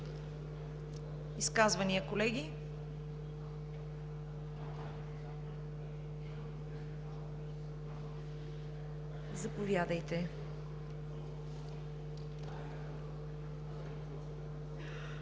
Изказвания, колеги? Заповядайте,